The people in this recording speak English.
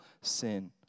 sin